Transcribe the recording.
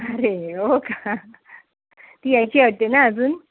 अरे हो का ती यायची होते ना अजून